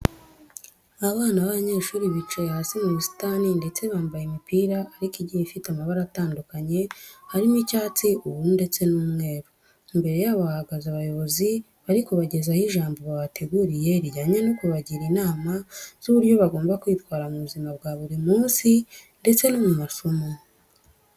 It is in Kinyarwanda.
Abana b'abanyeshuri bicaye hasi mu busitani ndetse bambaye imipira ariko igiye ifite amabara atandukanye harimo icyatsi, ubururu ndetse n'umweru. Imbere yabo hahagaze abayobozi bari kubagezaho ijambo babateguriye rijyanye no kubagira inama z'uburyo bagomba kwitwara mu buzima bwa buri munsi ndetse no mu masomo.